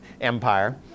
Empire